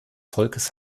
volkes